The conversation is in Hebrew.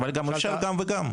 אבל, אפשר גם וגם.